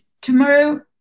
tomorrow